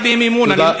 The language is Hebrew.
אין לי אמון בהם.